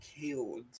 killed